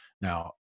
Now